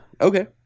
Okay